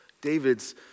David's